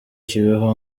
kibeho